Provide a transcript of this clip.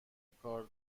کار